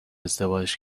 ازدواج